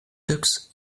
tux